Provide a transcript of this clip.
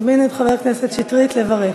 תכף נזמין את חבר הכנסת שטרית לברך.